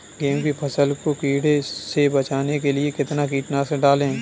गेहूँ की फसल को कीड़ों से बचाने के लिए कितना कीटनाशक डालें?